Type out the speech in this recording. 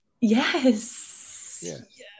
Yes